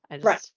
Right